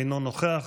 אינו נוכח.